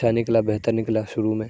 اچھا نکلا بہتر نکلا شروع میں